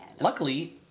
Luckily